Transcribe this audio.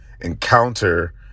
encounter